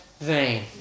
vain